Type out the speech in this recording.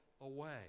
away